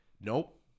Nope